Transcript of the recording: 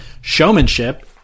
showmanship –